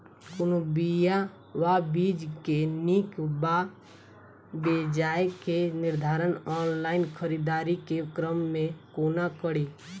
कोनों बीया वा बीज केँ नीक वा बेजाय केँ निर्धारण ऑनलाइन खरीददारी केँ क्रम मे कोना कड़ी?